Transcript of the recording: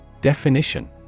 Definition